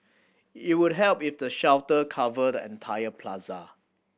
it would help if the shelter covered the entire plaza